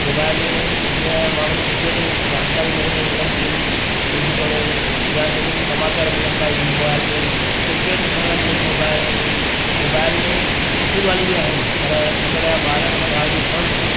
mobile में हीअं आहे माण्हू ॾिसे थो जानकारियूं नयूं नयूं मिलनि थियूं यूट्यूब में या जेको बि समाचार मिलनि था मोबाइल में किर्केट ॾिसण लाइ मिले थी मोबाइल में मोबाइल में सुठियूं ॻाल्हियूं बि आहिनि पर अॼुकल्ह या ॿार उन ॻाल्हि खे खणनि न था